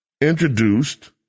introduced